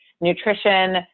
nutrition